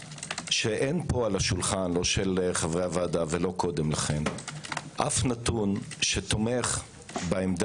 שאין פה על השולחן לא של חברי הוועדה ולא קודם לכן אף נתון שתומך בעמדה